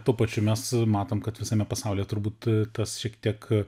tuo pačiu mes matome kad visame pasauly turbūt tas šiek tiek